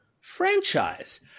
franchise